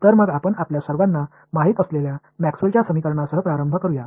तर मग आपण आपल्या सर्वांना माहिती असलेल्या मॅक्सवेलच्या समीकरणांसह प्रारंभ करूया